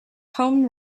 home